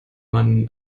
man